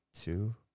two